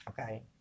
okay